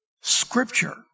Scripture